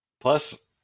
Plus